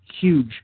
huge